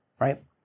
right